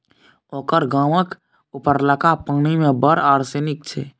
ओकर गामक उपरलका पानि मे बड़ आर्सेनिक छै